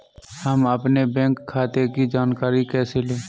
हम अपने बैंक खाते की जानकारी कैसे लें?